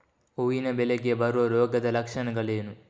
ಹೂವಿನ ಬೆಳೆಗೆ ಬರುವ ರೋಗದ ಲಕ್ಷಣಗಳೇನು?